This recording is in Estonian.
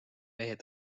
mehed